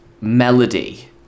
melody